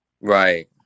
Right